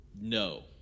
No